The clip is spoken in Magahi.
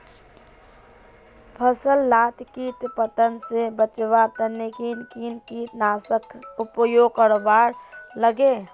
फसल लाक किट पतंग से बचवार तने किन किन कीटनाशकेर उपयोग करवार लगे?